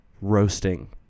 roasting